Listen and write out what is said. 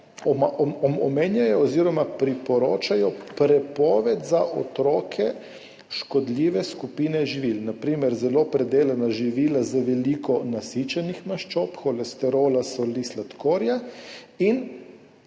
omenjajo oziroma priporočajo prepoved za otroke škodljive skupine živil, na primer zelo predelana živila z veliko nasičenih maščob, holesterola, soli, sladkorja, in